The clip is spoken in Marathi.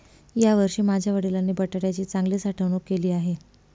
यावर्षी माझ्या वडिलांनी बटाट्याची चांगली साठवणूक केली आहे